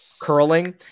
curling